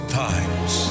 times